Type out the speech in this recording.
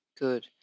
good